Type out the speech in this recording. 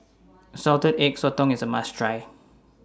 Salted Egg Sotong IS A must Try